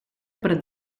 per